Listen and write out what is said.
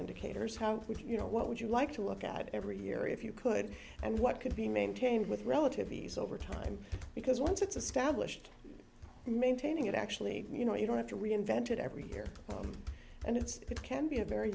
indicators how would you know what would you like to look at every year if you could and what could be maintained with relative ease over time because once it's established maintaining it actually you know you don't have to reinvent it every year and it's it can be a very